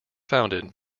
founded